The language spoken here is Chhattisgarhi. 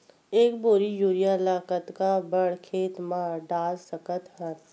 एक बोरी यूरिया ल कतका बड़ा खेत म डाल सकत हन?